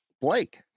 Blake